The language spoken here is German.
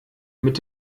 mit